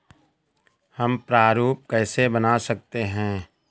हम प्रारूप कैसे बना सकते हैं?